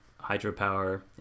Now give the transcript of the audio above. hydropower